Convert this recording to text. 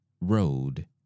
road